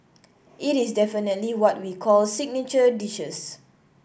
it is definitely what we call signature dishes